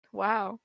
wow